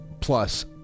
Plus